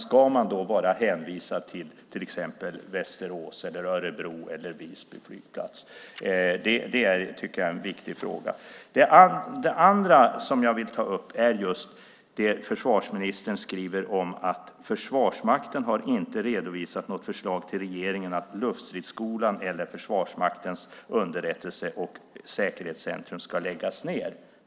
Ska man vara hänvisad till till exempel Västerås, Örebro eller Visby flygplats? Det tycker jag är en viktig fråga. Det andra jag vill ta upp är just det försvarsministern skriver om att Försvarsmakten inte har redovisat något förslag till regeringen att Luftstridsskolan eller Försvarsmaktens underrättelse och säkerhetscentrum ska läggas ned.